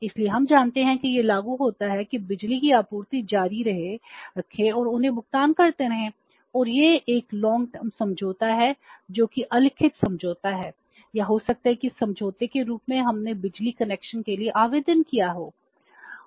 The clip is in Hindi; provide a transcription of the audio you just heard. इसलिए हम जानते हैं कि यह लागू होता है कि बिजली की आपूर्ति समझौता है जो कि अलिखित समझौता है या हो सकता है कि समझौते के रूप में हमने बिजली कनेक्शन के लिए आवेदन किया हो